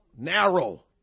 Narrow